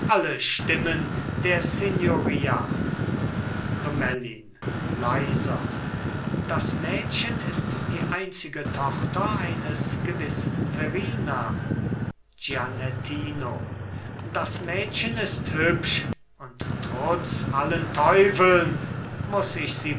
alle stimmen der signoria lomellin leiser das mädchen ist die einzige tochter eines gewissen verrina gianettino das mädchen ist hübsch und trutz allen teufeln muß ich sie